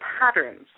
patterns